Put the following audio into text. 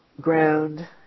ground